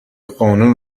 قانون